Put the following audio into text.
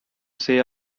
say